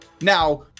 Now